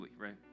right